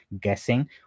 guessing